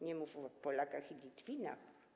Nie mów o Polakach i Litwinach,